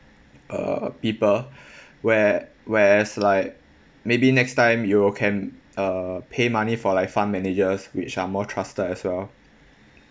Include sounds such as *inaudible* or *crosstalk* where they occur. uh people *breath* where~ whereas like maybe next time you can uh pay money for like fund managers which are more trusted as well